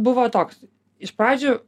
buvo toks iš pradžių